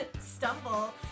stumble